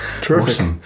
terrific